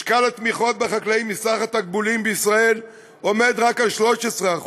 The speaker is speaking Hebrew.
משקל התמיכות בחקלאים מסך התקבולים בישראל עומד רק על 13%,